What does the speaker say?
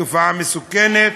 תופעה מסוכנת.